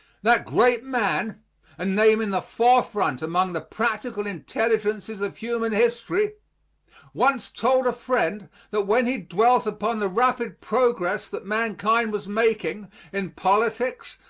that great man a name in the forefront among the practical intelligences of human history once told a friend that when he dwelt upon the rapid progress that mankind was making in politics,